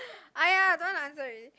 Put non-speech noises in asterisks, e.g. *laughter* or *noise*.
*breath* !aiya! don't want to answer already